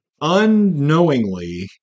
unknowingly